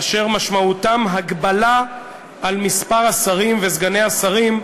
אשר משמעותם היא הגבלת מספר השרים וסגני השרים,